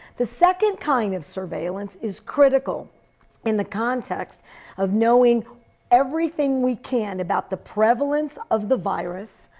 the second kind of surveillance is critical in the context of knowing everything we can about the prevalence of the virus,